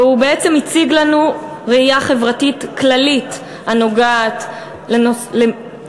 והוא בעצם הציג לנו ראייה חברתית כללית הנוגעת לפגיעה